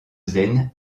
zen